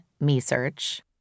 me-search